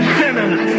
sinners